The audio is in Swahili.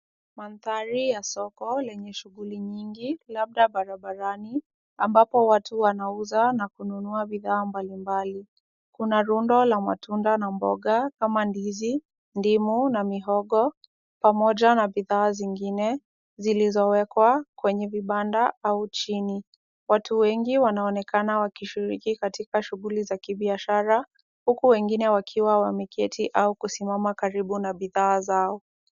Maandari ya soko lenye shughuli nyingi labda barabarani ambapo watu wanauza na kununua bidhaa mbali mbali. Kuna rundu ya matunda na mboga, kama ndizi dimu na mihogo pamoja na bidhaa zingine zilizowekwa kwenye vipanda au jini. Watu wengi wanaonekana wakishiriki katika shughuli za kibiashara huku wengine wakiwa wameketi au kusimama karibu na bidhaa zao.